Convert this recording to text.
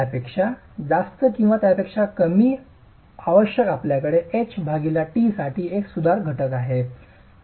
त्यापेक्षा जास्त किंवा त्यापेक्षा कमी आवश्यक आपल्याकडे h t साठी एक सुधार घटक आहे